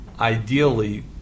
ideally